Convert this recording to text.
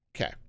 Okay